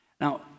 Now